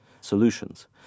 solutions